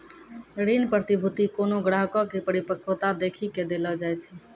ऋण प्रतिभूती कोनो ग्राहको के परिपक्वता देखी के देलो जाय छै